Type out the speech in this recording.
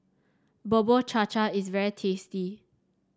Bubur Cha Cha is very tasty